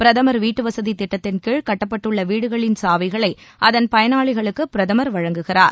பிரதமர் வீட்டு வசதி திட்டத்தின் கீழ் கட்டப்பட்டுள்ள வீடுகளின் சாவிகளை அதன் பயனாளிகளுக்கு பிரதமர் வழங்குகிறார்